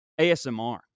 ASMR